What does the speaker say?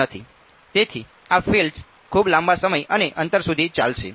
તેથી આ ફિલ્ડ્સ ખૂબ લાંબા સમય અને અંતર સુધી ચાલશે